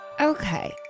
Okay